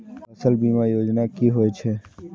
फसल बीमा योजना कि होए छै?